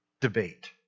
debate